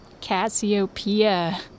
Cassiopeia